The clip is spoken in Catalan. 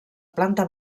planta